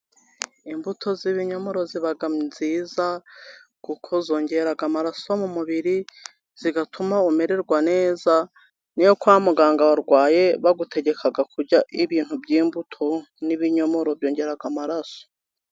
Imbuto z'ibinyomoro ziba nziza, kuko zongera amaraso mu mubiri, zigatuma umererwa neza, n'iyo kwa muganga warwaye, bagutegeka kurya ibintu by'imbuto, n'ibinyomoro byongera amaraso.